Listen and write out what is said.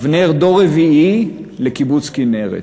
אבנר דור רביעי לקיבוץ כינרת.